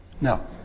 Now